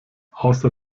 außer